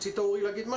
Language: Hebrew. רצית להגיד?